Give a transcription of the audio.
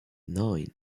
nine